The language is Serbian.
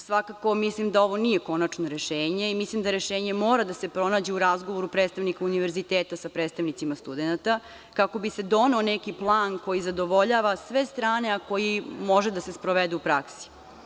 Svakako mislim da ovo nije konačno rešenje i mislim da rešenje mora da se pronađe u razgovoru predstavnika Univerziteta sa predstavnicima studenata, kako bi se doneo neki plan koji zadovoljava sve strane, a koji može da se sprovede u praksi.